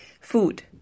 Food